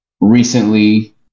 recently